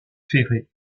ferrées